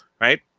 right